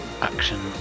action